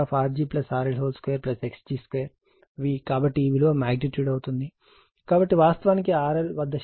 కాబట్టి ఈ విలువ మాగ్నిట్యూడ్ అవుతుంది కాబట్టి వాస్తవానికి RL వద్ద శక్తి PI2RL ఉంటుంది